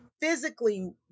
physically